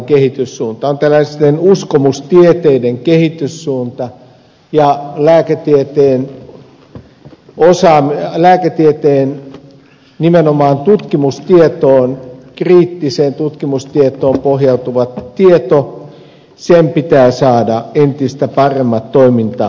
on tällaisten uskomustieteiden kehityssuunta ja lääketieteen nimenomaan kriittiseen tutkimustietoon pohjautuva tieto ja viimeksi mainitun pitää saada entistä paremmat toimintamahdollisuudet